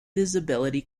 visibility